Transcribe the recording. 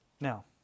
Now